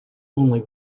only